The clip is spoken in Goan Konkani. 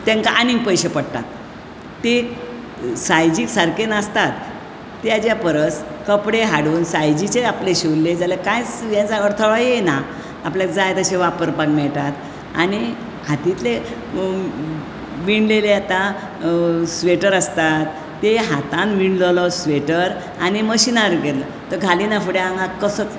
तेंका आनीक पयशे पडटात ते सायजीक सारके नासतात तेच्या परस कपडे हाडून सायजीचे आपले शिवील्ले जाल्यार कांयच हे अडथळो येना आपल्याक जाय तशें वापरपाक मेळटा आनी हातींतले विणलेले आतां स्वेटर आसतात ते हातान विणलेलो स्वेटर आनी मशीनार केलो तो घालीना फुडें आंगाक कशें